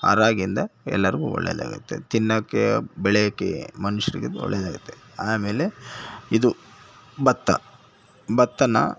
ಆ ರಾಗಿಂದ ಎಲ್ಲರಿಗೂ ಒಳ್ಳೆದಾಗತ್ತೆ ತಿನ್ನಕ್ಕೆ ಬೆಳೆಯಕ್ಕೆ ಮನುಷ್ಯರಿಗೆ ಒಳ್ಳೆದಾಗುತ್ತೆ ಆಮೇಲೆ ಇದು ಭತ್ತ ಭತ್ತನ